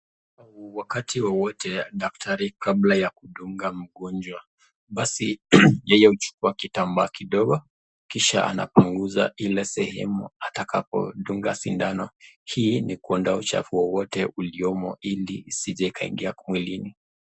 Wakati wowote daktari kabla ya kudunga mgonjwa basi yeye huchukua kitambaa kidogo kisha anapanguza ile sehemu atakapo dunga sindano. Hii ni kuondoa uchafu wowote uliyomo ili isije ikaingia kwa mwilini.